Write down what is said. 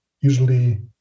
usually